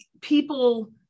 people